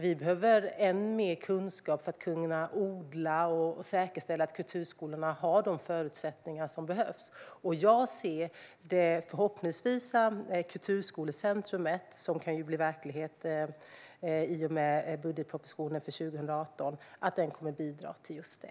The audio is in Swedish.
Vi behöver än mer kunskap för att kunna odla och säkerställa att kulturskolorna har de förutsättningar som behövs. Förhoppningsvis kan kulturskolecentrumet, som kan bli verklighet i och med budgetpropositionen för 2018, bidra till just det.